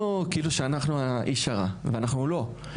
כאילו שאנחנו האיש הרע - ואנחנו לא.